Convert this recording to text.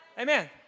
Amen